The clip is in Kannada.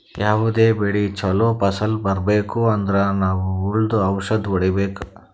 ಯಾವದೇ ಬೆಳಿ ಚೊಲೋ ಫಸಲ್ ಬರ್ಬೆಕ್ ಅಂದ್ರ ನಾವ್ ಹುಳ್ದು ಔಷಧ್ ಹೊಡಿಬೇಕು